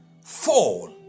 fall